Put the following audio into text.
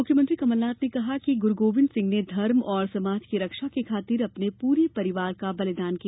मुख्यमंत्री कमलनाथ ने कहा है कि गुरू गोविंद सिंह ने धर्म और समाज की रक्षा की खातिर अपने पूरे परिवार का बलिदान दिया